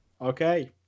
okay